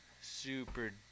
super